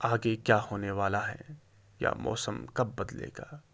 آگے کیا ہونے والا ہے یا موسم کب بدلے گا